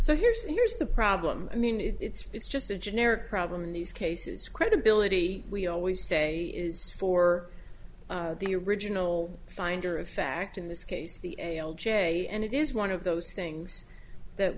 so here's here's the problem i mean it's it's just a generic problem in these cases credibility we always say is for the original finder of fact in this case the a l j and it is one of those things that